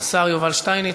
השר יובל שטייניץ.